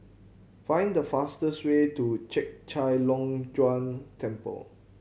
find the fastest way to Chek Chai Long Chuen Temple